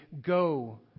go